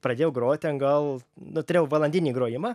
pradėjau grot ten gal nu turėjau valandinį grojimą